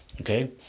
Okay